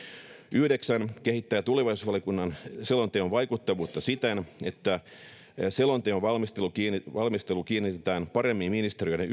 yhdeksän kehittää tulevaisuusvaliokunnan selonteon vaikuttavuutta siten että selonteon valmistelu kiinnitetään paremmin ministeriöiden